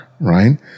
right